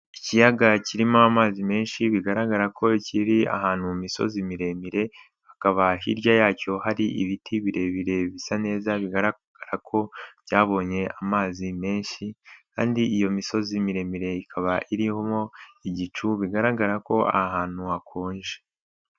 Ikiyaga kirimo amazi menshi bigaragara ko kiri ahantu mu misozi miremire, hakaba hirya yacyo hari ibiti birebire bisa neza bigaragara ko byabonye amazi menshi kandi iyo misozi miremire ikaba irimwo igicu bigaragara ko ahantu hakonje.